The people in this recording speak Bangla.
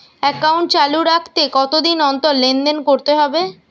একাউন্ট চালু রাখতে কতদিন অন্তর লেনদেন করতে হবে?